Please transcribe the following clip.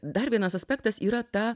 dar vienas aspektas yra ta